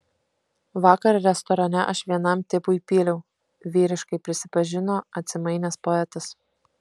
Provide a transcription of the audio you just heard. vakar restorane aš vienam tipui pyliau vyriškai prisipažino atsimainęs poetas